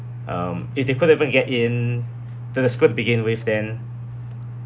um if they couldn't even get into the school begin with then